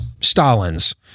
Stalin's